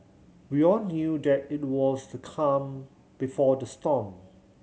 we all knew that it was the calm before the storm